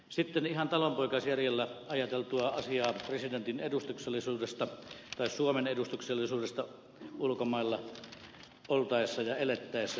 sitten ihan talonpoikaisjärjellä ajateltua asiaa presidentin edustuksellisuudesta tai suomen edustuksellisuudesta ulkomailla oltaessa ja elettäessä ja puhuttaessa